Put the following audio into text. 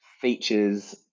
features